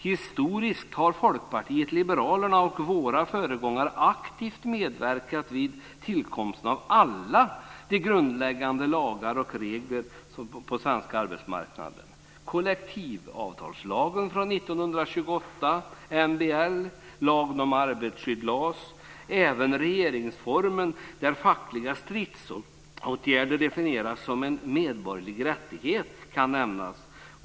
Historiskt har Folkpartiet liberalerna och våra föregångare aktivt medverkat vid tillkomsten av alla grundläggande lagar och regler på den svenska arbetsmarknaden, nämligen kollektivavtalslagen från 1928, medbestämmandelagen, MBL, och lagen om anställningsskydd, LAS. Även regeringsformen där fackliga stridsåtgärder definieras som en medborgerlig rättighet kan nämnas.